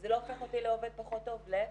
זה לא הופך אותי לעובד פחות טוב, להיפך,